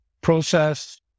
process